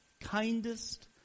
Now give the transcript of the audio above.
kindest